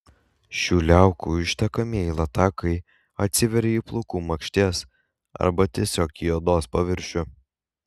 šių liaukų ištekamieji latakai atsiveria į plaukų makšties arba tiesiog į odos paviršių